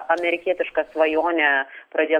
amerikietišką svajonę pradėt